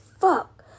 fuck